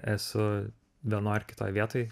esu vienoj ar kitoj vietoj